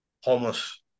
homeless